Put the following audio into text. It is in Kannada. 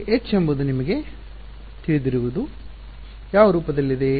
ಈಗ H ಎಂಬುದು ನಿಮಗೆ ತಿಳಿದಿರುವುದು ಯಾವ ರೂಪದಲ್ಲಿದೆ